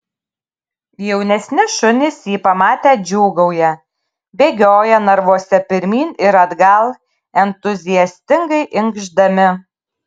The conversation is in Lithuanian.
jaunesni šunys jį pamatę džiūgauja bėgioja narvuose pirmyn ir atgal entuziastingai inkšdami